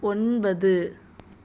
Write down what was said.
ஒன்பது